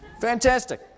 Fantastic